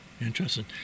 Interesting